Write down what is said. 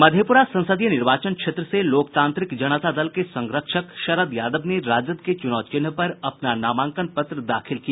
मधेपुरा संसदीय निर्वाचन क्षेत्र से लोकतांत्रिक जनता दल के संरक्षक शरद यादव ने राजद के चुनाव चिन्ह पर अपना नामांकन पत्र दाखिल किया